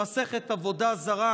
במסכת עבודה זרה,